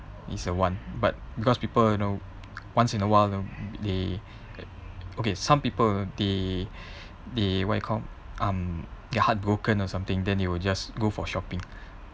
is a want but because people you know once in a while you know they okay some people they they what you call um they're heartbroken or something then they will just go for shopping